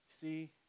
see